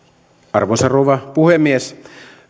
arvoisa rouva puhemies